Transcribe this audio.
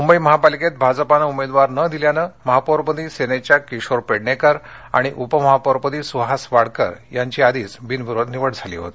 मुंबई महापालिकेत भाजपनं उमेदवार न दिल्यानं महापौरपदी सेनेच्या किशोरी पेडणेकर आणि उपमहापौरपदी सुहास वाडकर यांची आधीच बिनविरोध निवड झाली होती